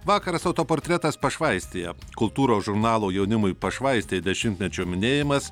vakaras autoportretas pašvaistėje kultūros žurnalo jaunimui pašvaistė dešimtmečio minėjimas